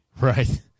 right